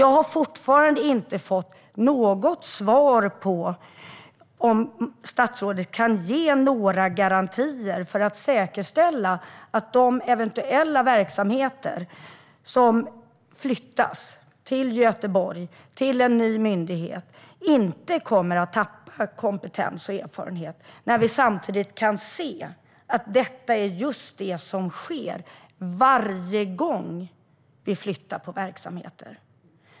Jag har fortfarande inte fått något svar på om statsrådet kan ge några garantier för att de verksamheter som eventuellt flyttas till en ny myndighet i Göteborg inte kommer att tappa kompetens och erfarenhet. Detta är just det som sker varje gång vi flyttar på verksamheter.